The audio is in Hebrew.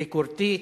ביקורתית.